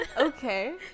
Okay